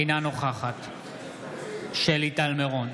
אינה נוכחת שלי טל מירון,